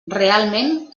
realment